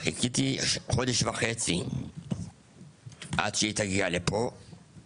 חיכיתי חודש וחצי עד שהיא תגיע וביום